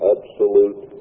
Absolute